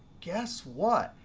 guess what?